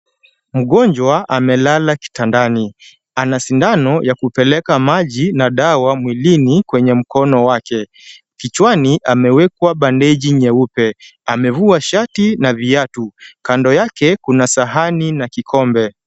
Mgonjwa amelala kitandani ana sindano inayopeleka maji au dawa kwenye mkono wake, kichwani amewekwa bandeji nyeupe, amevua shati lake, kando yake kuna sahani na kikombe.